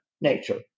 nature